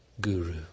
guru